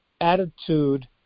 attitude